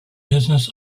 business